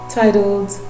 titled